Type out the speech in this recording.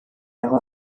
dago